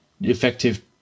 effective